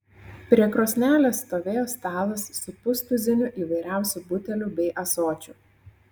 prie krosnelės stovėjo stalas su pustuziniu įvairiausių butelių bei ąsočių